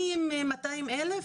אני 200,000,